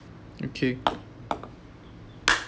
okay